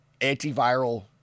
antiviral